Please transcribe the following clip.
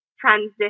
transition